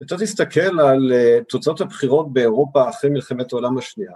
וצריך נסתכל על תוצאות הבחירות באירופה אחרי מלחמת העולם השנייה.